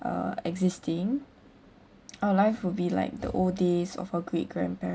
uh existing our life would be like the old days of our great grandparents